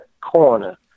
corner